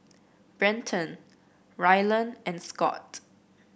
Brenton Ryland and Scot